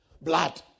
blood